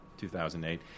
2008